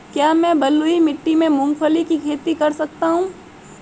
क्या मैं बलुई मिट्टी में मूंगफली की खेती कर सकता हूँ?